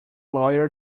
lawyer